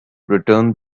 returned